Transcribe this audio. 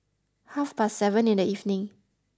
half past seven in the evening